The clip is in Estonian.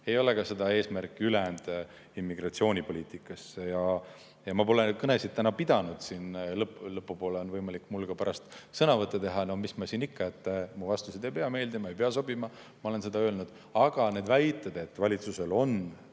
Ei ole ka seda eesmärki ülejäänud immigratsioonipoliitikas. Ma pole neid kõnesid pidanud siin, lõpu poole on võimalik mul pärast sõnavõtte teha – no mis ma siin ikka. Mu vastused ei pea meeldima, ei pea sobima. Ma olen seda öelnud. Aga need väited, et valitsusel on